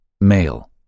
Male